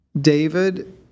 David